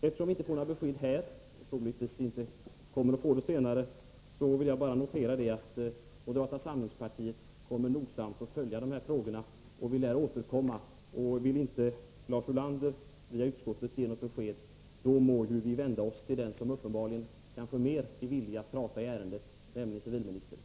Eftersom vi inte får några besked här och troligtvis inte kommer att få det senare heller, vill jag bara notera att moderata samlingspartiet kommer att nogsamt följa de här frågorna. Vi lär återkomma. Vill inte Lars Ulander via utskottet ge något besked, må vi vända oss till den som uppenbarligen är mera villig att prata i ärendet, nämligen civilministern.